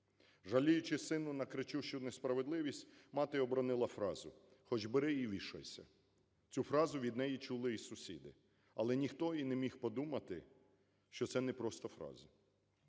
Жаліючись сину на кричущу несправедливість, мати обронила фразу: "Хоч бери і вішайся". Цю фразу від неї чули і сусіди, але ніхто і не міг подумати, що це не просто фраза.